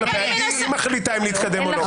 היא מחליטה אם להתקדם או לא.